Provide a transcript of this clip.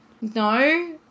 No